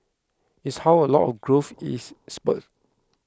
is how a lot of growth is spurred